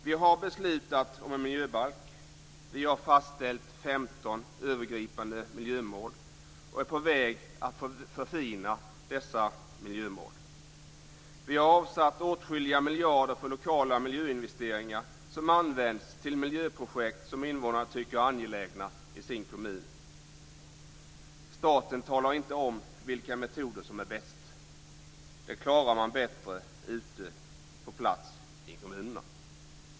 Vi har beslutat om en miljöbalk, vi har fastställt 15 övergripande miljömål och vi är på väg att förfina dessa miljömål. Vi har avsatt åtskilliga miljarder för lokala miljöinvesteringar som används till miljöprojekt som invånarna tycker är angelägna i sin kommun. Staten talar inte om vilka metoder som är bäst. Det klarar man bättre på plats ute i kommunerna.